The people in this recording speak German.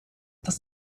dass